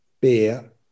beer